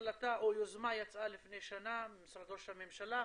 החלטה או יוזמה יצא לפני שנה ממשרד ראש הממשלה,